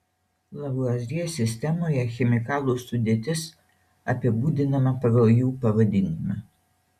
lavuazjė sistemoje chemikalų sudėtis apibūdinama pagal jų pavadinimą